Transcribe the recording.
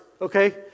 okay